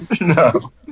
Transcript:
No